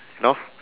know